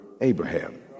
Abraham